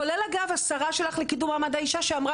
כולל אגב השרה שלך לקידום מעמד האישה שאמרה